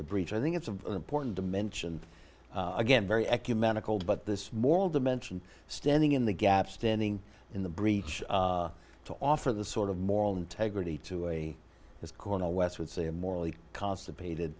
the breach i think it's of important to mention again very ecumenical but this moral dimension standing in the gap standing in the breach to offer the sort of moral integrity to a cornel west would say a morally constipated